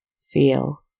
feel